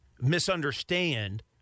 misunderstand